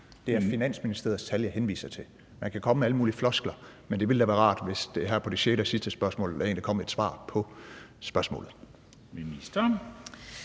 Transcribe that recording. Det er Finansministeriets tal, jeg henviser til. Man kan komme med alle mulige floskler, men det ville da være rart, hvis der her på det sjette og sidste spørgsmål kom et svar på spørgsmålet.